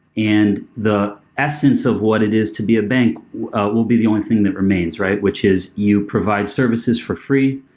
and the essence of what it is to be a bank will be the only thing that remains, right? which is you provide services for free.